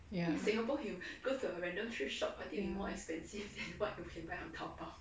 ya